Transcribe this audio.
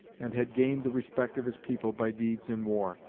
and had gained the respect of his people by deeds in war,